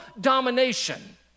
domination